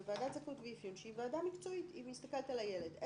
זאת ועדת זכאות ואפיון שהיא ועדה מקצועית והיא מסתכלת על הילד.